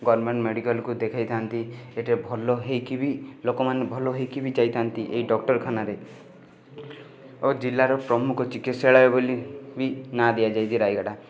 government ମେଡ଼ିକାଲକୁ ଦେଖେଇଥାନ୍ତି ଏଇଟା ଭଲ ହେଇକି ବି ଲୋକମାନେ ଭଲ ହେଇକି ବି ଯାଇଥାନ୍ତି ଏଇ ଡକ୍ଟରଖାନାରେ ଓ ଜିଲ୍ଲାର ପ୍ରମୂଖ ଚିକିତ୍ସାଳୟ ବୋଲି ବି ନାଁ ଦିଆଯାଇଛି ରାୟଗଡ଼ା